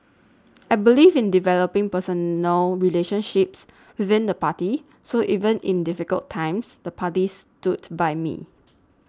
I believe in developing personal relationships within the party so even in difficult times the party stood by me